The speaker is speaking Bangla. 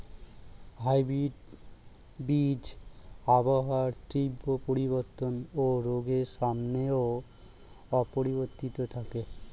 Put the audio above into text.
হাইব্রিড বীজ আবহাওয়ার তীব্র পরিবর্তন ও রোগের সামনেও অপরিবর্তিত থাকে